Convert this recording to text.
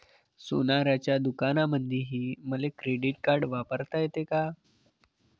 सोनाराच्या दुकानामंधीही मले क्रेडिट कार्ड वापरता येते का?